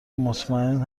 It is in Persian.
مطمئن